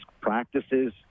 practices